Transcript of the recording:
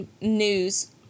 news